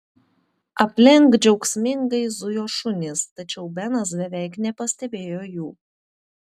aplink džiaugsmingai zujo šunys tačiau benas beveik nepastebėjo jų